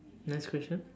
next question